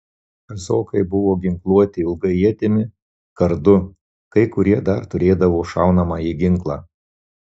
kazokai buvo ginkluoti ilga ietimi kardu kai kurie dar turėdavo šaunamąjį ginklą